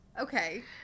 Okay